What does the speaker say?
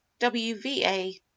wva